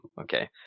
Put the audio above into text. okay